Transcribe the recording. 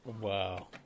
Wow